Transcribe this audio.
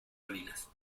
colinas